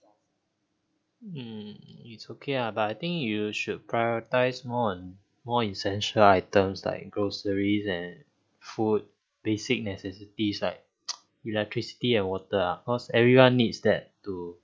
mm it's okay ah but I think you should prioritise more on more essential items like groceries and food basic necessities like electricity and water ah because everyone needs that to